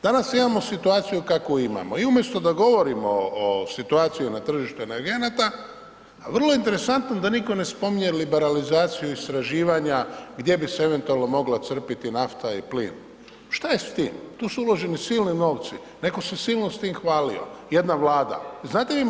Danas imamo situaciju kakvu imamo i umjesto da govorimo o situaciju na tržištu energenata, a vrlo je interesantno da nitko ne spominje liberalizaciju istraživanja gdje bi se eventualno mogla crpiti nafta i plin, šta je s tim, tu su uloženi silni novci, netko se silno s tim hvalio jedna Vlada, znate vi možda ... što je s tim?